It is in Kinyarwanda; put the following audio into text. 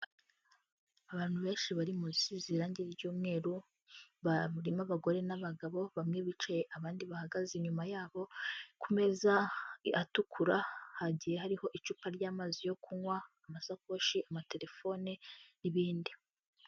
Abantu benshi bari mu nzu isize irangi ry'umweru, barimo abagore n'abagabo bamwe bicaye abandi bahagaze, inyuma yabo ku meza atukura hagiye hariho icupa ry'amazi yo kunywa, amasakoshi, amatelefone n'ibindi.